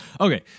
Okay